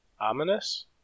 Ominous